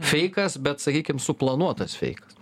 feikas bet sakykim suplanuotas feikas